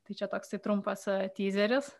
tai čia toksai trumpas tyzeris